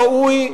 עולם שבו ראוי,